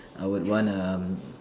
I would want a